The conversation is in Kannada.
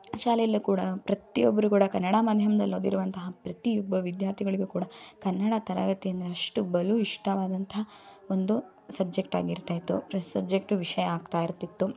ಶಾಲೆಯಲ್ಲಿಯೂ ಕೂಡ ಪ್ರತಿಯೊಬ್ಬರೂ ಕೂಡ ಕನ್ನಡ ಮಾಧ್ಯಮದಲ್ಲಿ ಓದಿರುವಂಥ ಪ್ರತಿಯೊಬ್ಬ ವಿದ್ಯಾರ್ಥಿಗಳಿಗೂ ಕೂಡ ಕನ್ನಡ ತರಗತಿ ಅಂದರೆ ಅಷ್ಟು ಬಲು ಇಷ್ಟವಾದಂತಹ ಒಂದು ಸಬ್ಜೆಕ್ಟ್ ಆಗಿರ್ತಾಯಿತ್ತು ಫ್ರೆಶ್ ಸಬ್ಜೆಕ್ಟ್ ವಿಷಯ ಆಗ್ತಾಯಿರ್ತಿತ್ತು